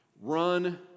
Run